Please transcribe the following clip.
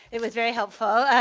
it was very helpful.